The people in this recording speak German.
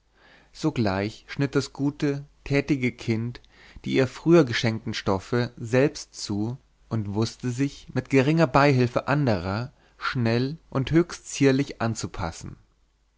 sogleich schnitt das gute tätige kind die ihr früher geschenkten stoffe selbst zu und wußte sie sich mit geringer beihülfe anderer schnell und höchst zierlich anzupassen